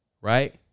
right